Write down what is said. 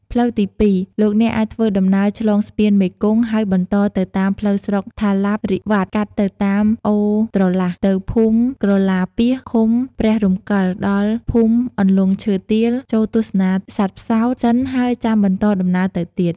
ផ្លូវទី២ លោកអ្នកអាចធ្វើដំណើរឆ្លងស្ពានមេគង្គហើយបន្តទៅតាមផ្លូវស្រុកថាឡាបរិវ៉ាត់កាត់ទៅតាមអូរត្រឡះ ទៅភូមិក្រឡាពាសឃុំព្រះរំកិលដល់ភូមិអន្លង់ឈើទាលចូលទស្សនាសត្វផ្សោតសិនហើយចាំបន្តដំណើរទៅទៀត។